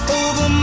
over